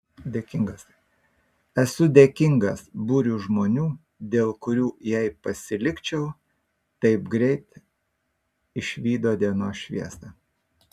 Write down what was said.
esu dėkinga būriui žmonių dėl kurių jei pasilikčiau taip greitai išvydo dienos šviesą